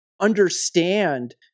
understand